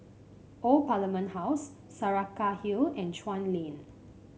Old Parliament House Saraca Hill and Chuan Lane